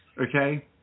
okay